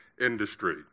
industry